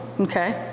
okay